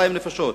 2,000 נפשות,